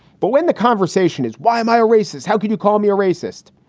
but when the conversation is why am i a racist? how can you call me a racist?